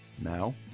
Now